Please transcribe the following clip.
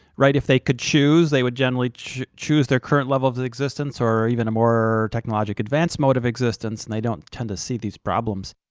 right, if they could choose, they would generally choose their current level of existence or even a more technologically advanced mode of existence, and they don't tend to see these problems.